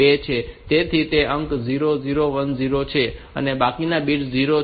તેથી તે અંક 0 0 1 0 છે અને બાકીના બિટ્સ 0 છે